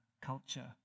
culture